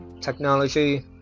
Technology